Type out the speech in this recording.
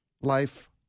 life